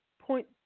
point